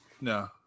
No